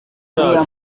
uriya